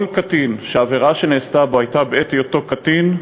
כל קטין שהעבירה שנעשתה בו הייתה בעת היותו קטין,